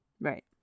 right